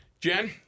Jen